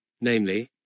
namely